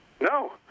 No